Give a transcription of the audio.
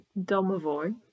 Domovoy